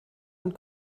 und